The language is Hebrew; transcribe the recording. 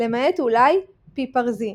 למעט אולי פיפרזינים.